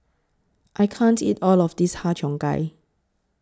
I can't eat All of This Har Cheong Gai